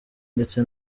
ndetse